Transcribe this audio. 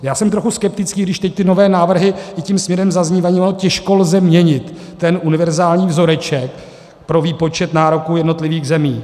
Já jsem trochu skeptický, když teď ty nové návrhy i tím směrem zaznívají, ono těžko lze měnit ten univerzální vzoreček pro výpočet nároků jednotlivých zemí.